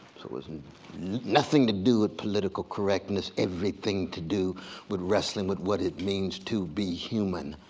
so it's nothing to do with political correctness, everything to do with wrestling with what it means to be human.